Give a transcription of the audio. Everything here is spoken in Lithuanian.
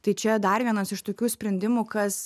tai čia dar vienas iš tokių sprendimų kas